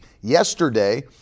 Yesterday